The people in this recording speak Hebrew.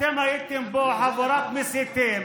אתם הייתם פה חבורת מסיתים,